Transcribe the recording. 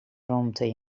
rûmte